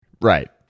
Right